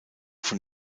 von